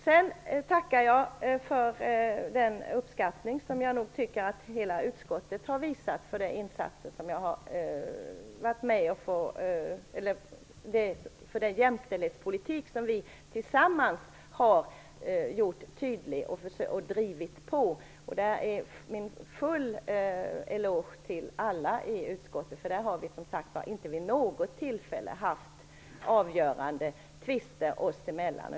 Jag tackar för den uppskattning som hela utskottet har visat för den jämställdhetspolitik som vi tillsammans har drivit på och gjort tydlig. Jag vill ge en stor eloge till alla i utskottet. Där har vi inte vid något tillfälle haft avgörande tvister oss emellan.